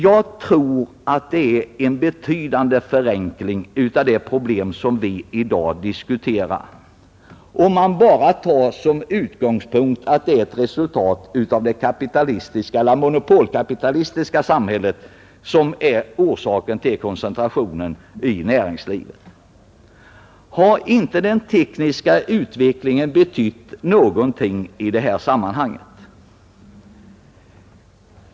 Jag tror att man gör sig skyldig till en betydande förenkling av det problem som vi i dag diskuterar, om man bara tar som utgångspunkt att det är det monopolkapitalistiska samhället som är orsaken till koncentrationen inom näringslivet. Har inte den tekniska utvecklingen betytt någonting i detta sammanhang?